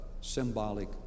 symbolic